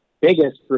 biggest